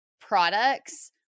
products